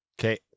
Okay